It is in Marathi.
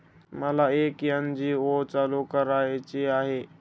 मला एक एन.जी.ओ चालू करायची आहे